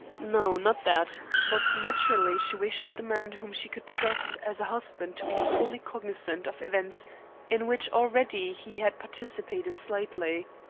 no, not that. but naturally she wished the man whom she could trust as a husband to be wholly cognizant of events in which already he had participated slightly.